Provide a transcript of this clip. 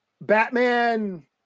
batman